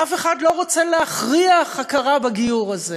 אף אחד לא רוצה להכריח הכרה בגיור הזה,